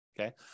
Okay